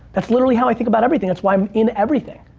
that's literally how i think about everything. that's why i'm in everything.